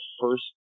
first